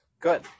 Good